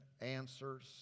answers